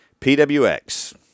PWX